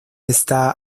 está